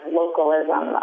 localism